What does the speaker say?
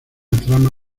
trama